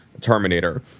Terminator